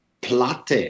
platte